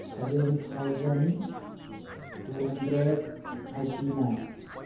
seven thousand two hundred eighty nine